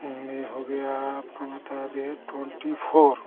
यह हो गया आपको बता दें ट्वेंटी फोर